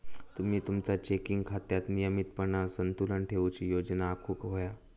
तुम्ही तुमचा चेकिंग खात्यात नियमितपणान संतुलन ठेवूची योजना आखुक व्हया